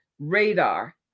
radar